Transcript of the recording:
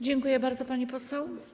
Dziękuję bardzo, pani poseł.